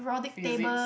physics